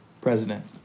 president